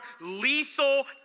lethal